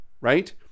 right